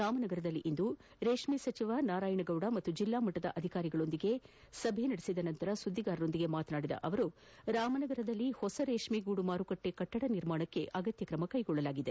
ರಾಮನಗರದಲ್ಲಿಂದು ರೇಷ್ಮೆ ಸಚಿವ ನಾರಾಯಣ ಗೌಡ ಮತ್ತು ಜಿಲ್ಲಾ ಮಟ್ಟದ ಅಧಿಕಾರಿಗಳೊಂದಿಗೆ ನಡೆಸಿದ ಸಭೆಯ ಬಳಿಕ ಸುದ್ದಿಗಾರರೊಂದಿಗೆ ಮಾತನಾದಿದ ಅವರು ರಾಮನಗರದಲ್ಲಿ ಹೊಸ ರೇಷ್ಮೆಗೂಡು ಮಾರುಕಟ್ಟೆ ಕಟ್ಟಡ ನಿರ್ಮಾಣಕ್ಕೆ ಅಗತ್ಯ ಕ್ರಮ ಕೈಗೊಳ್ಳಲಾಗಿದೆ